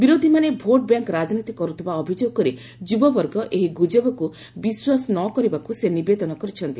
ବିରୋଧିମାନେ vote bank ରାଜନୀତି କରୁଥିବା ଅଭିଯୋଗ କରି ଯୁବବର୍ଗ ଏହି ଗୁଜବକୁ ବିଶ୍ୱାସ ନ କରିବାକୁ ସେ ନିବେଦନ କରିଛନ୍ତି